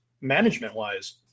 management-wise